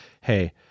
Hey